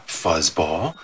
fuzzball